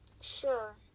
Sure